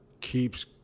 keeps